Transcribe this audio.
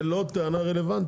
מירב, זה לא טענה רלוונטית.